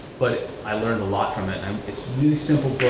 but i learned a lot from it and it's really simple